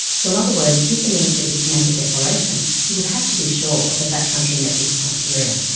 so, in other words, if the minister is to make a declaration, he would have to be sure that that country met this criteria.